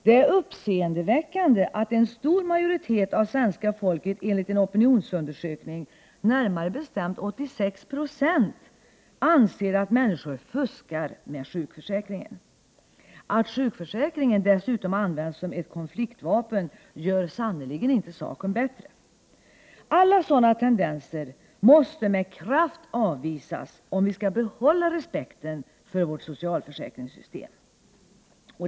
Det är uppseendeväckande att en stor majoritet av svenska folket — närmare bestämt 86 20 — enligt en opinionsundersökning anser att människor ”fuskar” med sjukförsäkringen. Att sjukförsäkringen dessutom används som ett konfliktvapen gör sannerligen inte saken bättre. Alla sådana tendenser måste med kraft avvisas, om vi skall behålla respekten för vårt socialförsäkringssystem.